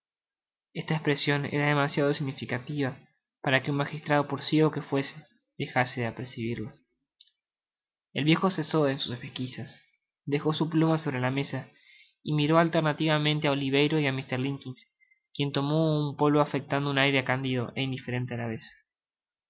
esta espresion era demasiado significativa para que un magistrado por ciego que fuera dejase de apercibirla el viejo cesó en sus pesquizas dejo su pluma sobre la mesa y miró alternativamente á oliverio y á mr limbkins quien tomó un polvo afectando un aire candido é indiferente á la